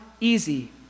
easy